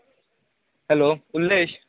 hello Ullesh